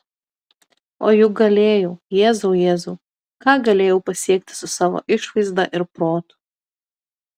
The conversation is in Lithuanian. o juk galėjau jėzau jėzau ką galėjau pasiekti su savo išvaizda ir protu